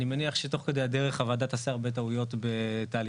אני מניח שתוך כדי הדרך הוועדה תעשה הרבה טעויות בתהליכי